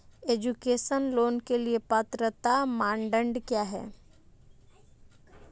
Education loan के लिए पात्रता मानदंड क्या है?